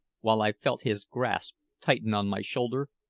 while i felt his grasp tighten on my shoulder,